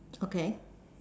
okay